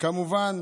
כמובן